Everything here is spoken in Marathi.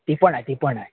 ती पण आहे ती पण आहे